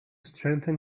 strengthen